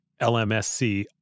LMSC